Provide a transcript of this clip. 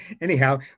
Anyhow